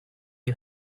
you